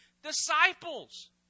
Disciples